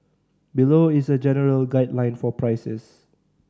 below is a general guideline for prices